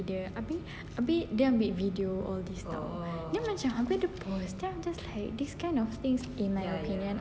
a bit dia ambil video on this stuff dia macam saja nak post jer then I am just like this kind of things in life are